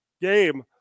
game